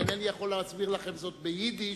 אינני יכול להסביר לכם זאת ביידיש,